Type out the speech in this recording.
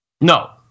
No